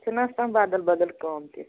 چھُ نہ آسان بَدل بَدل کٲم تہِ